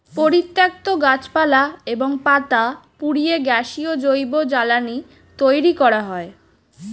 পরিত্যক্ত গাছপালা এবং পাতা পুড়িয়ে গ্যাসীয় জৈব জ্বালানি তৈরি করা হয়